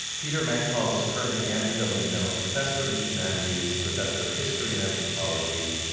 peter mancall is currently andrew w. mellon professor of the humanities, professor of history and anthropology,